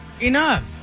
Enough